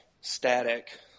static